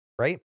right